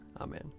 Amen